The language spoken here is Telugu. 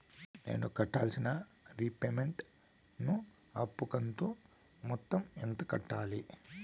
నేను కట్టాల్సిన రీపేమెంట్ ను అప్పు కంతు మొత్తం ఎంత కట్టాలి?